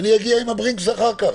אני אגיע עם הברינקס אחר כך,